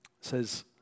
says